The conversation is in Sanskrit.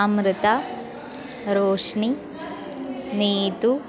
अमृता रोश्नि नीतु